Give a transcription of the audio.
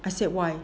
I said why